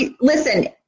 listen